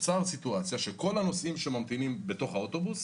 נוצרת סיטואציה שכל הנוסעים שממתינים לאוטובוס